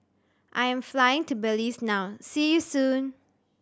I am flying to Belize now See you soon